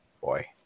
Boy